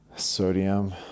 sodium